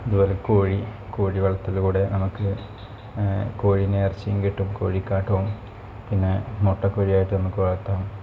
അതുപോലെ കോഴി കോഴി വളർത്തൽ കൂടെ നമുക്ക് കോഴിനെ ഇറച്ചിയും കിട്ടും കോഴി കാട്ടവും പിന്നെ മുട്ട കോഴിയായിട്ട് നമുക്ക് വളർത്താം